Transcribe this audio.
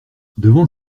devant